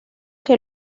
que